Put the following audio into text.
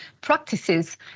practices